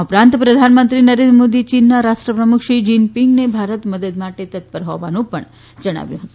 આ ઉપરાંત પ્રધાનમંત્રી નરેન્દ્ર મોદીએ ચીનના રાષ્ટ્રપ્રમુખ શી જીનપિંગને ભારત મદદ કરવા તત્પર હોવાનું પણ જણાવ્યું છે